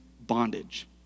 bondage